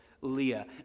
Leah